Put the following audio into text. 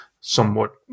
somewhat